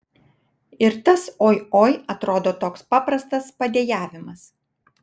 ir tas oi oi atrodo toks paprastas padejavimas